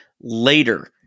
later